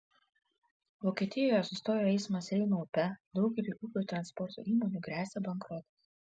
vokietijoje sustojo eismas reino upe daugeliui upių transporto įmonių gresia bankrotas